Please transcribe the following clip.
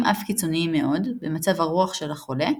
אף קיצוניים מאוד – במצב הרוח של החולה,